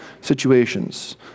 situations